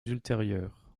ultérieures